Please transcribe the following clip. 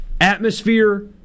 Atmosphere